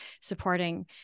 supporting